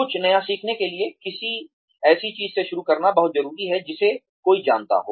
कुछ नया सीखने के लिए किसी ऐसी चीज़ से शुरू करना बहुत ज़रूरी है जिसे कोई जानता हो